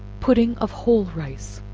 pudding of whole rice.